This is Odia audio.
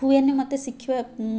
ହୁଏନି ମୋତେ ଶିଖିବାକୁ